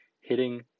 hitting